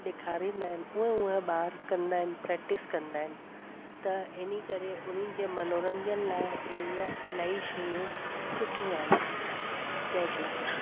ॾिखारींदा आहिनि उहे उहे ॿार कंदा आहिनि प्रैक्टिस कंदा आहिनि त इन करे उन्हनि जे मनोरंजन लाइ इहे ईअं इलाही शयूं सुठियूं आहिनि जय झूलेलाल